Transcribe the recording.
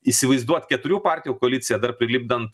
įsivaizduot keturių partijų koaliciją dar prilipdant